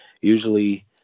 usually